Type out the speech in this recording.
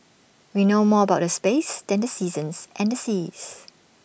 we know more about the space than the seasons and the seas